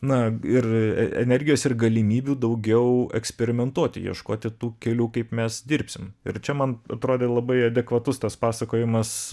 na ir e energijos ir galimybių daugiau eksperimentuoti ieškoti tų kelių kaip mes dirbsim ir čia man atrodė labai adekvatus tas pasakojimas